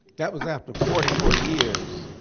that was after forty four years.